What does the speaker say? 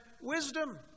wisdom